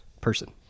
person